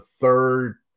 third